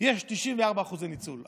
יש 94% ניצול?